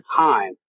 time